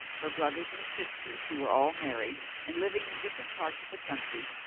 her brothers and sisters, who were all married and living in different parts of the country,